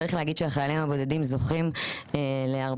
צריך להגיד שהחיילים הבודדים זוכים להרבה